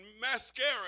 mascara